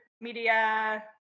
media